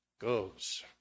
goes